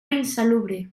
insalubre